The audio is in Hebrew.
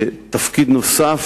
תפקיד נוסף,